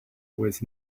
was